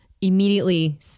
immediately